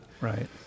Right